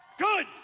Good